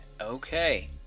Okay